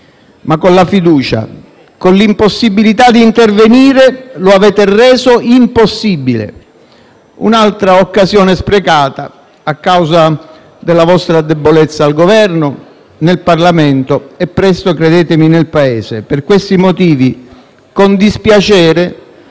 della fiducia e con l'impossibilità di intervenire, lo avete reso impossibile. Si tratta di un'altra occasione sprecata, a causa della vostra debolezza al Governo, nel Parlamento e presto - credetemi - nel Paese. Per questi motivi, con dispiacere,